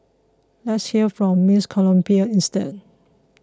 let's hear from Miss Colombia instead